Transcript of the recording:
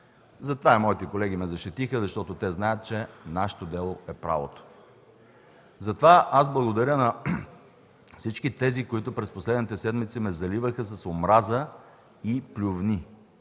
Затова и моите колеги ме защитиха, защото знаят, че нашето дело е правото! Затова благодаря на всички тези, които през последните седмици ме заливаха с омраза и плювни,